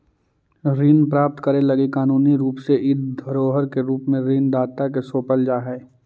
ऋण प्राप्त करे लगी कानूनी रूप से इ धरोहर के रूप में ऋण दाता के सौंपल जा हई